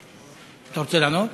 אתה רוצה לענות?